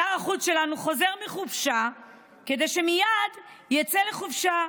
שר החוץ שלנו חוזר מחופשה כדי שמייד יצא לחופשה.